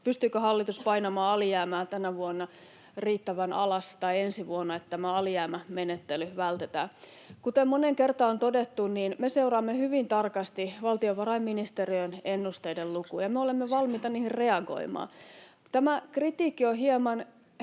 pystyykö hallitus painamaan alijäämää tänä vuonna tai ensi vuonna riittävän alas, että alijäämämenettely vältetään. Kuten moneen kertaan on todettu, niin me seuraamme hyvin tarkasti valtiovarainministeriön ennusteiden lukuja. Me olemme valmiita niihin reagoimaan. Tämä kritiikki on hieman